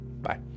bye